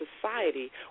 society